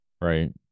Right